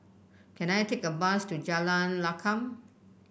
can I take a bus to Jalan Lakum